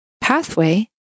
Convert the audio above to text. pathway